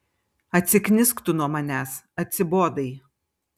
atsiknisk tu nuo manęs atsibodai